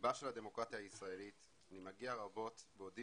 ליבו של הדמוקרטיה הישראלית אני מגיע רבות בעודי